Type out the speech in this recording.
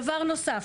דבר נוסף,